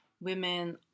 women